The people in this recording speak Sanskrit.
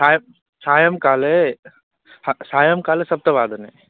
सायं सायङ्काले हा सायङ्काले सप्तवादने